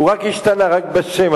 הוא השתנה רק בשם,